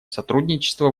сотрудничество